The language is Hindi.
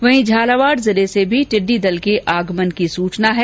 वहीं झालावाड़ जिले से भी टिड़डी दल के आगमन की सुचना है